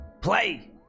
play